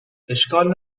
اشکال